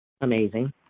amazing